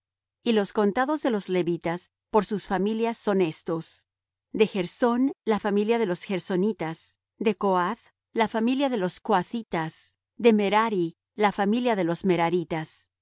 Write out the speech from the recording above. y trescientos los hijos de zabulón por sus familias de sered la familia de los sereditas de elón la familia de los elonitas de jalel la familia de los jalelitas estas